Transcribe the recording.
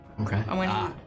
Okay